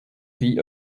die